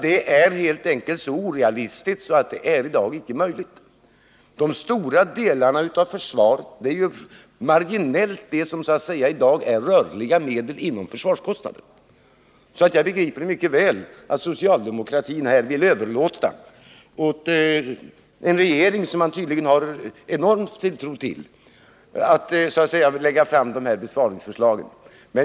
Det är helt enkelt så orealistiskt att det i dag icke är möjligt. De stora delarna av försvaret utgörs ju marginellt av rörliga medel inom försvarets utgiftsram. Jag begriper mycket väl att socialdemokraterna vill överlåta till en regering, som man tydligen sätter enorm tilltro till, att lägga fram dessa besparingsförslag.